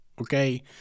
Okay